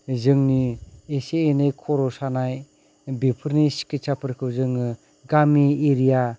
जोंनि इसे इनै खर' सानाय बेफोरनि सिखिथसाफोरखौ जोङो गामि एरिया